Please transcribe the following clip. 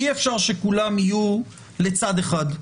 אי-אפשר שכולם יהיו לצד אחד,